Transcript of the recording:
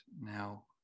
now